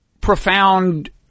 profound